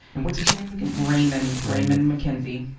and what's his name again? raymond, raymond mckenzie.